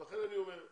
לכן אני אומר,